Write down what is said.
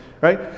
right